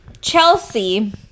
Chelsea